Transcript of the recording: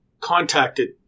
contacted